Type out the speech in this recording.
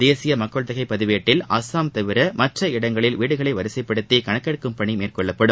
தேசிய மக்கள் தொகை பதிவேட்டில் அஸாம் தவிர மற்ற இடங்களில் வீடுகளை வரிசைப்படுத்தி கணக்கெடுப்பு பணி மேற்கொள்ளப்படும்